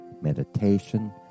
meditation